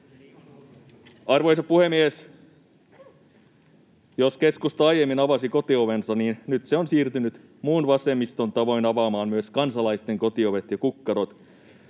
Arvoisa puhemies! Jos keskusta aiemmin avasi kotiovensa, niin nyt se on siirtynyt muun vasemmiston tavoin avaamaan myös kansalaisten kotiovet ja kukkarot.